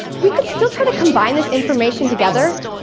we could still try to combine this information together,